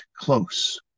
close